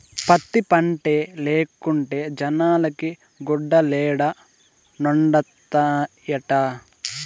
పత్తి పంటే లేకుంటే జనాలకి గుడ్డలేడనొండత్తనాయిట